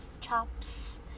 chops